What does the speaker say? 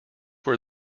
were